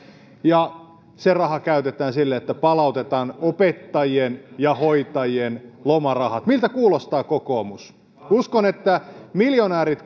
ja se raha käytetään siihen että palautetaan opettajien ja hoitajien lomarahat miltä kuulostaa kokoomus uskon että miljonäärit